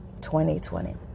2020